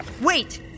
Wait